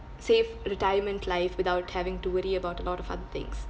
safe retirement life without having to worry about a lot of other things